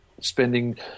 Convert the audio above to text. spending